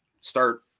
start